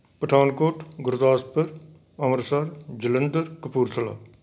Pathankot Gurdaspur Amritsar Jalandhar Kapurthala